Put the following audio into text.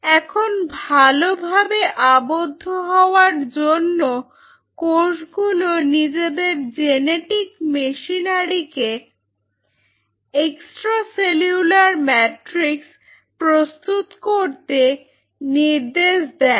এখন ভালোভাবে আবদ্ধ হওয়ার জন্য কোষগুলো নিজেদের জেনেটিক মেশিনারিকে এক্সট্রা সেলুলার ম্যাট্রিক্স প্রস্তুত করতে নির্দেশ দেয়